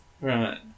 right